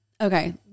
Okay